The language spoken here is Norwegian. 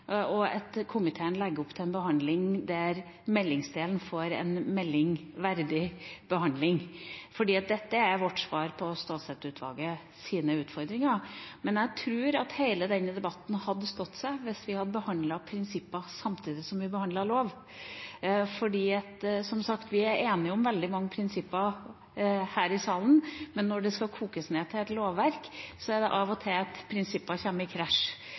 og at komiteen legger opp til en behandling der meldingsdelen får en behandling en melding verdig. Dette er vårt svar på Stålsett-utvalgets utfordringer. Men jeg tror at hele denne debatten hadde stått seg hvis vi hadde behandlet prinsipper samtidig som vi behandler lov. Som sagt er vi enige om veldig mange prinsipper her i salen, men når det skal kokes ned til et lovverk, er det av og til at prinsipper kommer i krasj.